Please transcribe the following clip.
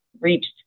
reached